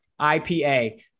IPA